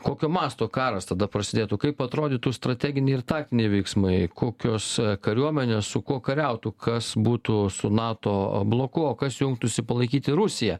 kokio masto karas tada prasidėtų kaip atrodytų strateginiai ir taktiniai veiksmai kokios kariuomenės su kuo kariautų kas būtų su nato bloku o kas jungtųsi palaikyti rusiją